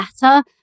better